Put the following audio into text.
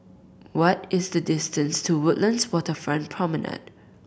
what is the distance to Woodlands Waterfront Promenade